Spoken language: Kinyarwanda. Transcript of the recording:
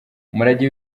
umurage